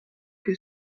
que